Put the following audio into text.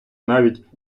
навіть